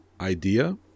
idea